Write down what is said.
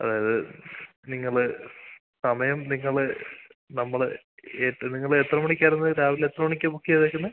അതായത് നിങ്ങൾ സമയം നിങ്ങൾ നമ്മൾ നിങ്ങൾ എത്ര മണിക്കായിരുന്നു രാവിലെ എത്ര മണിക്കാ ബുക്ക് ചെയ്തേക്കുന്നത്